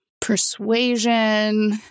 Persuasion